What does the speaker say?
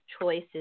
choices